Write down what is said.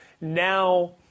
Now